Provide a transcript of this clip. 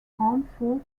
harmful